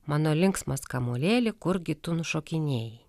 mano linksmas kamuolėli kurgi tu nušokinėjai